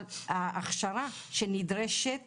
אבל ההכשרה שנדרשת